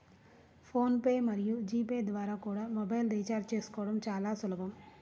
phone pay మరియు G pay ద్వారా కూడా మొబైల్ రీఛార్జి చేసుకోవడం చాలా సులభం